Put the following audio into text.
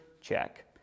check